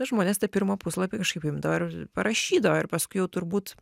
na žmonės tą pirmą puslapį kažkaip imdavo ir parašydavo ir paskui jau turbūt